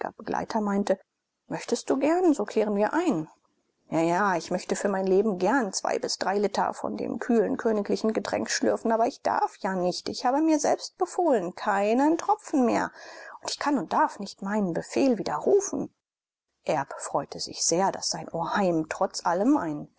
begleiter meinte möchtest du gern so kehren wir ein ja ja ich möchte für mein leben gern zwei bis drei liter von dem kühlen königlichen getränk schlürfen aber ich darf ja nicht ich habe mir selbst befohlen keinen tropfen mehr und ich kann und darf nicht meinen befehl widerrufen erb freute sich sehr daß sein oheim trotz allem ein